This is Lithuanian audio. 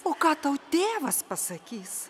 o ką tau tėvas pasakys